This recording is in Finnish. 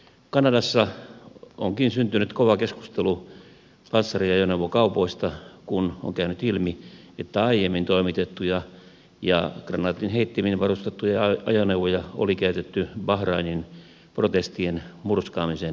kanadassa onkin syntynyt kova keskustelu panssariajoneuvokaupoista kun on käynyt ilmi että aiemmin toimitettuja ja kranaatinheittimin varustettuja ajoneuvoja oli käytetty bahrainin protestien murskaamisen yhteydessä